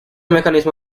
mecanismo